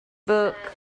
book